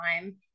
time